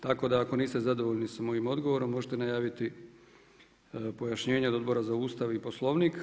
Tako ako niste zadovoljni sa mojim odgovorom možete najaviti pojašnjenja od Odbora za Ustav i Poslovnik.